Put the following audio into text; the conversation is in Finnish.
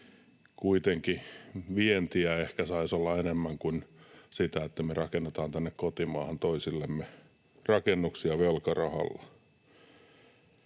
kuitenkin saisi ehkä olla enemmän vientiä kuin sitä, että me rakennetaan tänne kotimaahan toisillemme rakennuksia velkarahalla.